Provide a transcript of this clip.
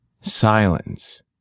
silence